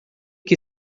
que